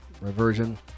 reversion